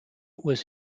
was